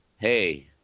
Hey